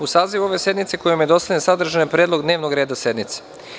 U sazivu ove sednice, koji vam je dostavljen, sadržan je predlog dnevnog reda sednice.